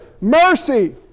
mercy